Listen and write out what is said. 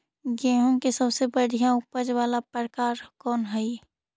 गेंहूम के सबसे बढ़िया उपज वाला प्रकार कौन हई?